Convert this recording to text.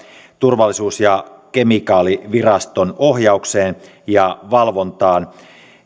turvallisuus ja kemikaaliviraston ohjaukseen ja valvontaan